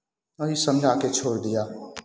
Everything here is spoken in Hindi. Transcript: वही समझा के छोड़ दिया